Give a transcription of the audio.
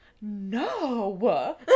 no